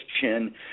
chin